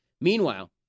Meanwhile